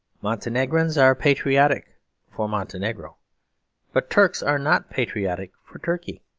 montenegrins are patriotic for montenegro but turks are not patriotic for turkey.